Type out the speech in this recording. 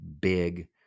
big